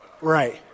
Right